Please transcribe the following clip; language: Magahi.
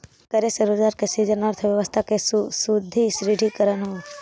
निवेश करे से रोजगार के सृजन औउर अर्थव्यवस्था के सुदृढ़ीकरण होवऽ हई